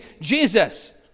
Jesus